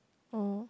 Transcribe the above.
orh